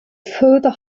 further